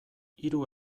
hiru